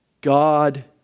God